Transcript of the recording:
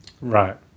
Right